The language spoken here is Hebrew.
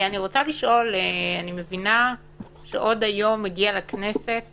אני מבינה שעוד היום תגיע לכנסת